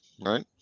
right